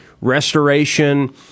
restoration